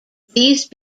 these